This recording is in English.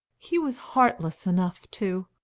he was heartless enough to